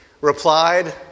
replied